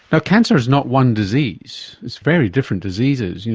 now cancer is not one disease, it's very different diseases,